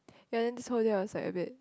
ya then this whole day I was like a bit